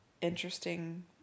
interesting